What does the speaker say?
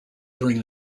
during